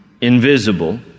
invisible